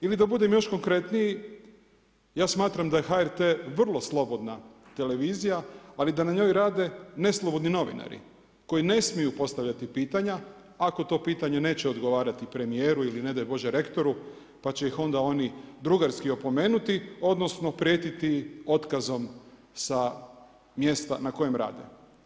Ili da budem još konkretniji, ja smatram da je HRT vrlo slobodna televizija, ali da na njoj rade neslobodni novinari, koji ne smiju postavljati pitanja, ako to pitanja neće odgovarati premjeru ili ne daj Bože rektoru, pa će ih oni onda drugarski opomenuti, odnosno, prijetiti im otkazom sa mjesta na kojem rade.